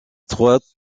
trois